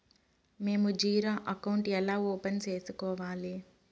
మేము zero account ఎలా open సేసుకోవాలి